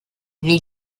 new